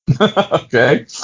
Okay